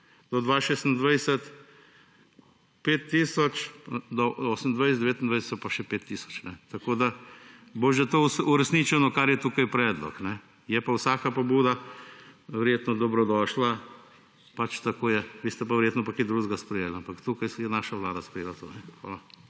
do 2028–2029 pa še 5 tisoč. Tako da bo že to uresničeno, kar je tukaj predlog, ne. Je pa vsaka pobuda verjetno dobrodošla, pač tako je. Vi ste pa verjetno pa kaj drugega sprejeli, ampak tukaj je naša vlada sprejela